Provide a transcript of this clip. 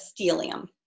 Stelium